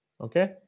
Okay